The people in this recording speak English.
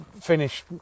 finish